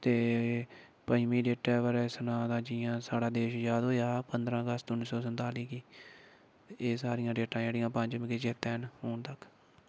ते पंजमी डेटै दे बारै च सनां ते जियां साढ़ा देश अज़ाद होएआ हा पंदरां अगस्त उन्नी सौ संताली गी ते एह् सारियां डेटां जेह्ड़ियां पंज मिगी चेता ऐ न हून तक